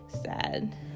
Sad